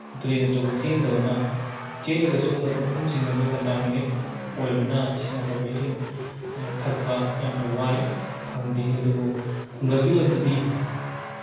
ꯇꯨꯔꯦꯜ ꯑꯆꯧꯕ ꯆꯦꯟꯗꯕꯅ ꯆꯦꯜꯂꯒꯁꯨ ꯃꯐꯝꯁꯤꯡ ꯑꯗꯣ ꯀꯟꯇꯥꯃꯤꯅꯦꯠ ꯑꯣꯏꯕꯅ ꯏꯁꯤꯡ ꯑꯐꯕ ꯏꯁꯤꯡ ꯊꯛꯄ ꯌꯥꯝꯅ ꯋꯥꯏ ꯐꯪꯗꯦ ꯑꯗꯨꯕꯨ ꯈꯨꯡꯒꯪꯒꯤ ꯂꯝꯗꯗꯤ